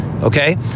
okay